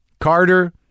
Carter